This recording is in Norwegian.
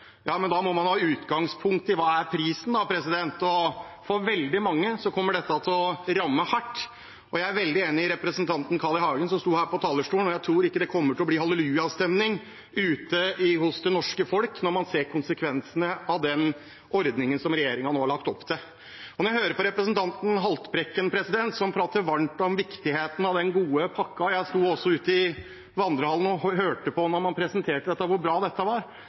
Ja, men da må man ha utgangspunkt i hva prisen er, og for veldig mange kommer dette til å ramme hardt. Jeg er veldig enig med representanten Carl I. Hagen, som sto her på talerstolen: Jeg tror ikke det kommer til å bli hallelujastemning ute hos det norske folk når man ser konsekvensene av den ordningen som regjeringen nå har lagt opp til. Jeg hører representanten Haltbrekken snakke varmt om viktigheten av den gode pakken, og jeg sto også ute i vandrehallen og hørte på da man presenterte det og sa hvor bra dette var.